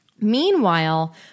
Meanwhile